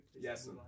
Yes